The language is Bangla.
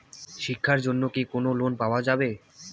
শিক্ষার জন্যে কি কোনো লোন পাওয়া যাবে?